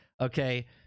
okay